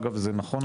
אגב זה נכון,